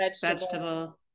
vegetable